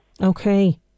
okay